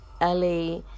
LA